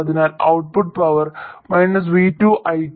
അതിനാൽ output power v2 i2